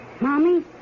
Mommy